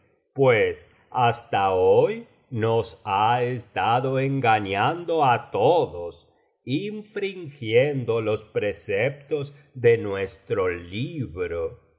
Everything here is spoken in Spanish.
pues hasta hoy nos ha estado engañando á todos infringiendo los preceptos de nuestro libro